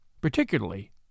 particularly